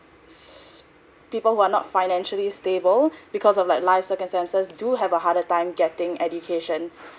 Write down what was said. people who are not financially stable because of like life circumstances do have a harder time getting education